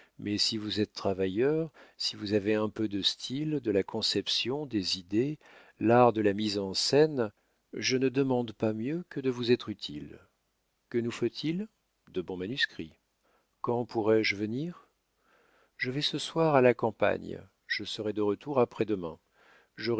mais si vous êtes travailleur si vous avez un peu de style de la conception des idées l'art de la mise en scène je ne demande pas mieux que de vous être utile que nous faut-il de bons manuscrits quand pourrai-je venir je vais ce soir à la campagne je serai de retour après-demain j'aurai